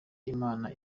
imana